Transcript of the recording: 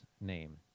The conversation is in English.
name